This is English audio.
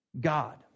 God